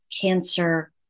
cancer